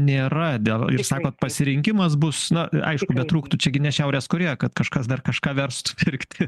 nėra dėl ir sakot pasirinkimas bus na aišku betrūktų čia gi ne šiaurės korėja kad kažkas dar kažką verstų pirkti